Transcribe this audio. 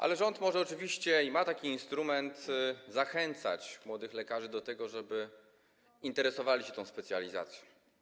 Ale rząd może oczywiście - i ma do tego potrzebny instrument - zachęcać młodych lekarzy do tego, żeby interesowali się tą specjalizacją.